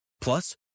Plus